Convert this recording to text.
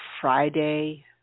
Friday